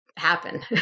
Happen